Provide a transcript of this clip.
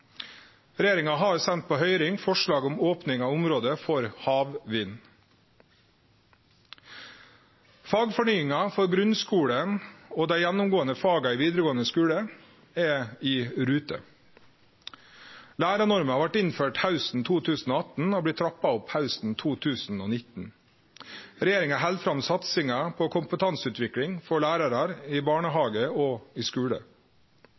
Regjeringa har sendt på høyring forslag om opning av område for havvind. Fagfornyinga for grunnskulen og dei gjennomgåande faga i vidaregåande skule er i rute. Lærarnorma vart innført hausten 2018 og blir trappa opp hausten 2019. Regjeringa held fram satsinga på kompetanseutvikling for lærarar i barnehage og skule.